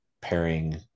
pairing